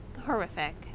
horrific